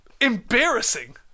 Embarrassing